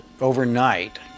overnight